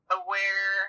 aware